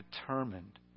determined